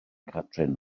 catrin